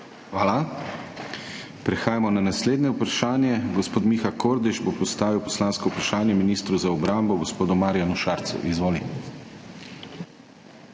Hvala. Prehajamo na naslednje vprašanje. Gospod Miha Kordiš bo postavil poslansko vprašanje ministru za obrambo, gospodu Marjanu Šarcu. Izvoli.